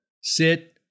Sit